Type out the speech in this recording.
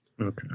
okay